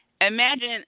imagine